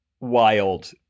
wild